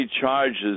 charges